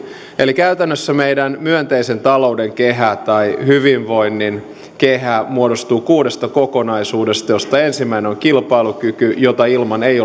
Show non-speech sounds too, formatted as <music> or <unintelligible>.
eli käytännössä meidän myönteisen talouden kehä tai hyvinvoinnin kehä muodostuu kuudesta kokonaisuudesta joista ensimmäinen on kilpailukyky jota ilman ei <unintelligible>